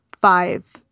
five